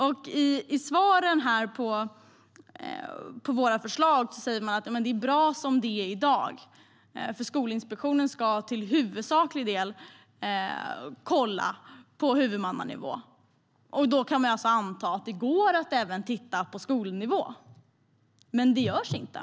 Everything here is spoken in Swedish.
I svaren på våra förslag säger man att det är bra som det är i dag, för Skolinspektionen ska till huvudsaklig del kolla på huvudmannanivå. Då kan man anta att det går att titta även på skolnivå. Men detta görs inte.